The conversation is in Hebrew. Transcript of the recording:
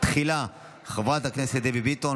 תחילה חברת הכנסת דבי ביטון,